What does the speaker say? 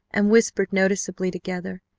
and whispered noticeably together